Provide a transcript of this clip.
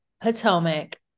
Potomac